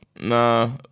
nah